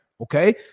Okay